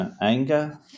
anger